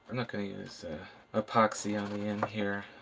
not going to use epoxy on the end here.